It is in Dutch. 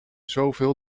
zoveel